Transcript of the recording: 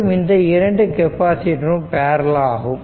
மற்றும் இந்த இரண்டு கெப்பாசிட்டரும் பேரலல் ஆகும்